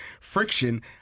friction